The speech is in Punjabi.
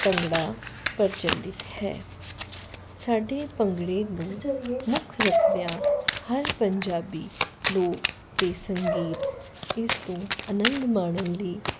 ਭੰਗੜਾ ਪ੍ਰਚੱਲਿਤ ਹੈ ਸਾਡੇ ਭੰਗੜੇ ਨੂੰ ਮੁੱਖ ਰੱਖਦਿਆਂ ਹਰ ਪੰਜਾਬੀ ਲੋਕ ਅਤੇ ਸੰਗੀਤ ਇਸ ਤੋਂ ਆਨੰਦ ਮਾਣਨ ਲਈ